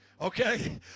Okay